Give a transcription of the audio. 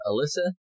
Alyssa